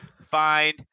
find